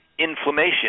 inflammation